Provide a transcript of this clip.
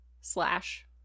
slash